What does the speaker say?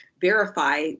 verify